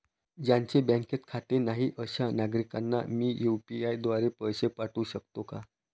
ज्यांचे बँकेत खाते नाही अशा नागरीकांना मी यू.पी.आय द्वारे पैसे पाठवू शकतो का?